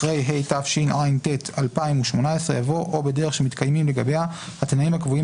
אחרי "התשע"ט-2018" יבוא "או בדרך שמתקיימים לגביה התנאים הקבועים